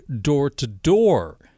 door-to-door